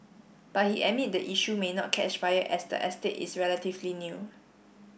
but he admits the issue may not catch fire as the estate is relatively new